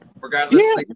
regardless